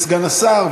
סגן השר,